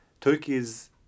Turkey's